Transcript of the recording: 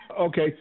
Okay